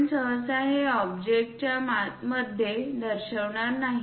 आपण सहसा हे ऑब्जेक्टच्यामध्ये दर्शवित नाही